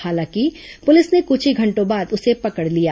हालांकि पुलिस ने कुछ ही घंटों बाद उसे पकड़ लिया